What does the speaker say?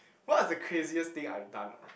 what's the craziest thing I've done ah